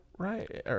Right